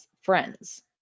friends